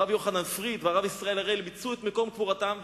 הרב יוחנן פריד והרב ישראל אריאל ביצעו את מקום קבורתם,